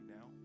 now